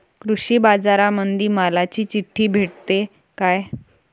कृषीबाजारामंदी मालाची चिट्ठी भेटते काय?